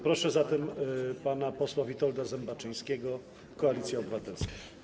Proszę zatem pana posła Witolda Zembaczyńskiego, Koalicja Obywatelska.